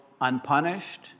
unpunished